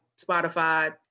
Spotify